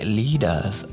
leaders